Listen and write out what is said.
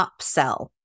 upsell